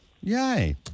Yay